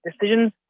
decisions